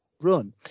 run